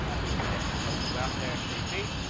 we can definitely help you out there if they'd be,